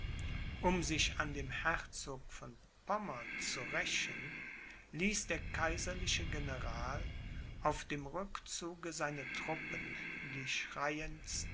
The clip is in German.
um sich an dem herzog von pommern zu rächen ließ der kaiserliche general auf dem rückzuge seine truppen die